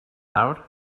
nawr